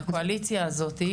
והקואליציה הזאת,